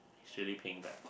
actually paying back